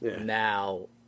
now